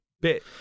bit